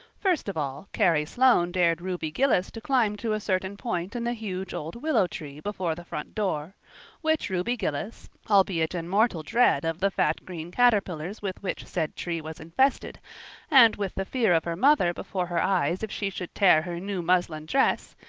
first of all carrie sloane dared ruby gillis to climb to a certain point in the huge old willow tree before the front door which ruby gillis, albeit in mortal dread of the fat green caterpillars with which said tree was infested and with the fear of her mother before her eyes if she should tear her new muslin dress,